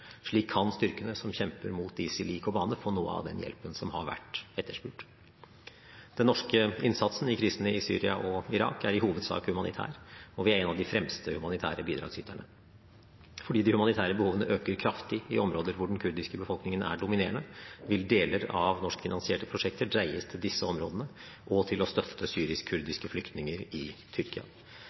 Slik kan styrkene som kjemper mot ISIL i Kobanê, få noe av den hjelpen som har vært etterspurt. Den norske innsatsen i krisene i Syria og Irak er i hovedsak humanitær, og vi er en av de fremste humanitære bidragsyterne. Fordi de humanitære behovene øker kraftig i områder hvor den kurdiske befolkningen er dominerende, vil deler av norskfinansierte prosjekter dreies til disse områdene og til å støtte syrisk-kurdiske flyktninger i Tyrkia.